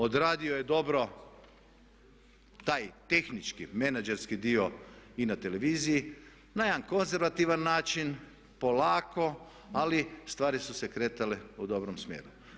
Odradio je dio taj tehnički menadžerski dio i na televiziji, na jedan konzervativan način, polako ali stvari su se kretale u dobrom smjeru.